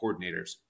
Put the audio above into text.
coordinators